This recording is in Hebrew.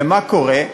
ומה קורה?